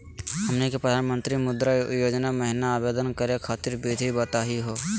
हमनी के प्रधानमंत्री मुद्रा योजना महिना आवेदन करे खातीर विधि बताही हो?